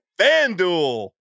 FanDuel